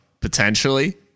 potentially